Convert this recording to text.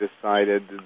decided